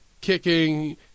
kicking